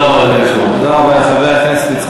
תודה רבה, אדוני